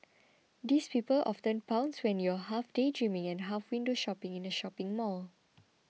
these people often pounce when you're half daydreaming and half window shopping in a shopping mall